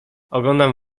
oglądam